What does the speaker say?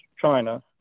China